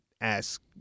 ask